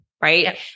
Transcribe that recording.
right